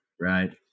right